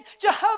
Jehovah